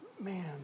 Man